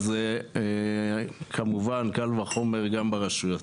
אז כמובן קל וחומר גם ברשויות.